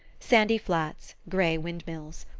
sandy flats, grey wind-mills.